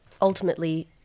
ultimately